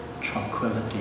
tranquility